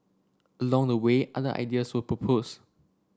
along the way other ideas were proposed